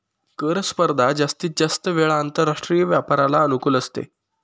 कर स्पर्धा जास्तीत जास्त वेळा आंतरराष्ट्रीय व्यापाराला अनुकूल असते